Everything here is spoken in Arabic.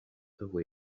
فهو